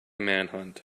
manhunt